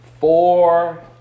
Four